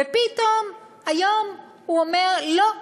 ופתאום היום הוא אומר: לא,